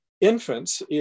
infants